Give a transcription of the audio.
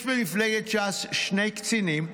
יש במפלגת ש"ס שני קצינים,